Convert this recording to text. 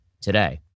today